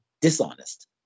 dishonest